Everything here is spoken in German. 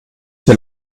will